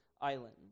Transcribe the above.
island